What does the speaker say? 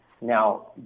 Now